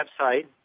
website